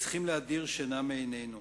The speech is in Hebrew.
וצריכים להדיר שינה מעינינו.